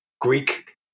Greek